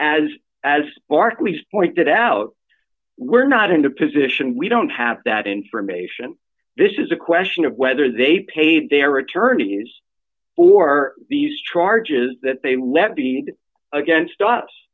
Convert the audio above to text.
as as barclays pointed out we're not into position we don't have that information this is a question of whether they pay their attorneys or are these charges that they let be against us